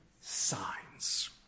signs